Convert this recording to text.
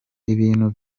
ibintu